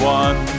one